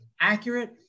accurate